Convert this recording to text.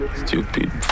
stupid